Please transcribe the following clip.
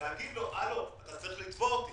אתה צריך לתבוע אותי.